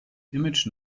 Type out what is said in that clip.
image